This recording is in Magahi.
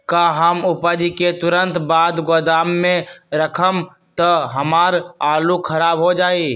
का हम उपज के तुरंत बाद गोदाम में रखम त हमार आलू खराब हो जाइ?